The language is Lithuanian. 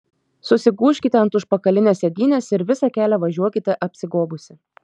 susigūžkite ant užpakalinės sėdynės ir visą kelią važiuokite apsigobusi